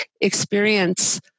experience